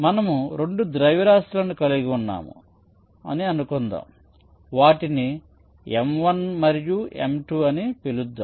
మనము రెండు ద్రవ్యరాశిలను కలిగి ఉన్నాము అనుకుందాం వాటిని m1 మరియు m2 అని పిలుద్దాం